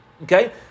Okay